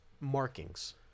markings